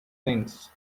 things